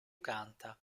canta